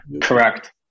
correct